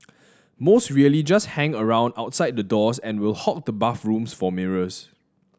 most really just hang around outside the doors and will hog the bathrooms for mirrors